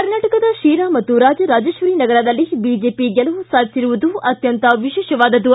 ಕರ್ನಾಟಕದ ಶಿರಾ ಮತ್ತು ರಾಜರಾಜೇಶ್ವರಿನಗರದಲ್ಲಿ ಬಿಜೆಪಿ ಗೆಲುವು ಸಾಧಿಸಿರುವುದು ಅತ್ಯಂತ ವಿಶೇಷವಾದದ್ದು